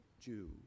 Jew